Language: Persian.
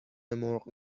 مرغ